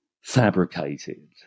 fabricated